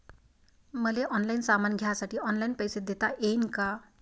मले ऑनलाईन सामान घ्यासाठी ऑनलाईन पैसे देता येईन का?